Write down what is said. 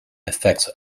affects